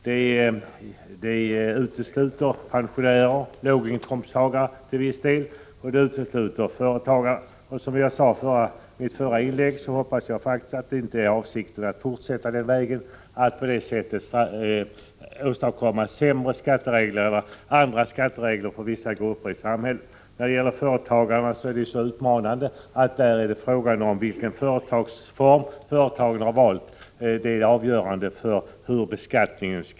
Det utesluter pensionärer och till viss del låginkomsttagare, och det utesluter företagarna. Som jag sade i mitt förra inlägg hoppas jag faktiskt att avsikten inte är att fortsätta den vägen, att på detta sätt åstadkomma särskilda skatteregler för vissa grupper i samhället. När det gäller företagarna är det utmanande att det är den företagsform som företagaren valt som är avgörande för beskattningen.